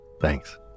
Thanks